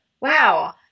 wow